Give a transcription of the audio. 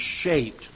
shaped